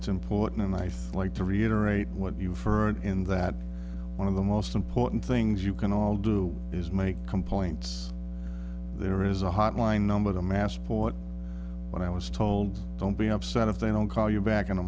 it's important and i fly to reiterate what you've heard in that one of the most important things you can all do is make complaints there is a hotline number the massport when i was told don't be upset if they don't call you back in a